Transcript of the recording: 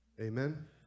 Amen